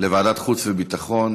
לוועדת החוץ והביטחון.